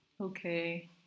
Okay